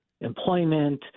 employment